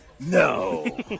No